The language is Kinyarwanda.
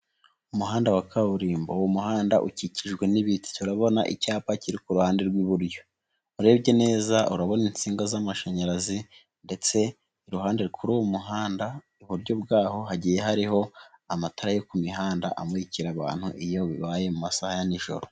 Umuhanda wa kaburimbo uwo muhanda ukikijwe n'ibiti turabona icyapa kiri ku ruhande rw'iburyo ,urebye neza urabona insinga z'amashanyarazi ,ndetse iruhande rw'umuhanda iburyo bwaho hagiye hariho amatara yo ku mihanda ,amurikira abantu iyo bibaye mu masaha ya n'ijoro.